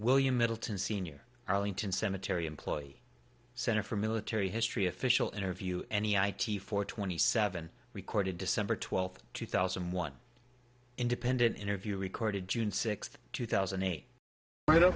william middleton sr arlington cemetery employee center for military history official interview any i t four twenty seven recorded december twelfth two thousand and one independent interview recorded june sixth two thousand and eight brought